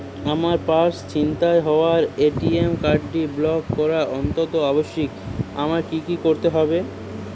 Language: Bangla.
আমার পার্স ছিনতাই হওয়ায় এ.টি.এম কার্ডটি ব্লক করা অত্যন্ত আবশ্যিক আমায় কী কী করতে হবে?